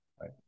right